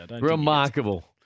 Remarkable